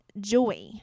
Joy